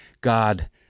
God